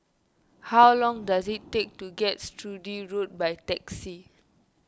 how long does it take to get to Sturdee Road by taxi